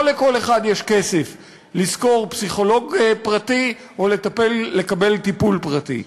לא לכל אחד יש כסף לשכור פסיכולוג פרטי או לקבל טיפול פרטי.